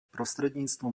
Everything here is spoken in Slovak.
prostredníctvom